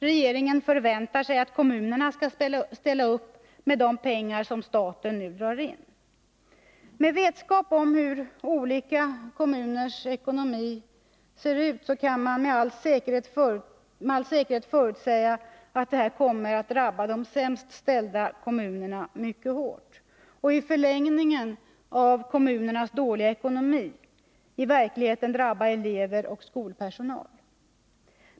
Regeringen förväntar sig att kommunerna skall ställa upp med de pengar som staten nu drar in. Med vetskap om hur olika kommuners ekonomi ser ut kan man med all säkerhet förutsäga att detta kommer att drabba de sämst ställda kommunerna mycket hårt och, i förlängningen av kommunernas dåliga ekonomi, i verkligheten drabba elever och skolpersonal.